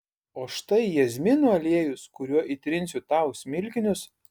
o štai jazminų aliejus kuriuo įtrinsiu tau smilkinius